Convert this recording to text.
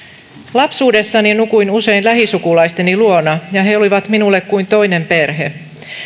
lapsuudessani nukuin usein lähisukulaisteni luona ja he olivat minulle kuin toinen perhe